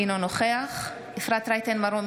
אינו נוכח אפרת רייטן מרום,